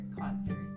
concert